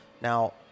now